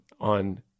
on